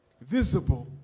Visible